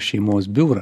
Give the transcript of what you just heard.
šeimos biurą